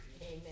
Amen